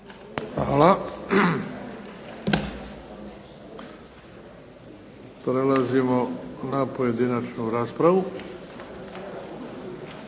Hvala. Prelazimo na pojedinačnu raspravu.